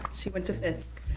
she went to fisk.